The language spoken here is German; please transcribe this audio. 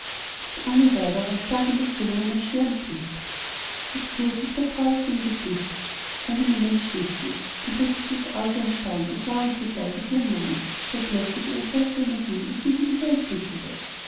das arme weib aber starb in erfüllung einer schweren pflicht das blut wich der frau aus dem gesicht sie wurde plötzlich kreideweiß einen moment schwieg sie und richtete das auge erstaunt und lauernd zugleich auf ihren mann der plötzlich eine solche energie ihr gegenüber entwickelte